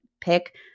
pick